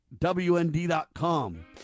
WND.com